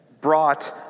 brought